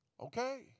Okay